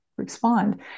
respond